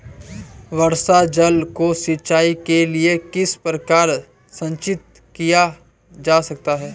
वर्षा जल को सिंचाई के लिए किस प्रकार संचित किया जा सकता है?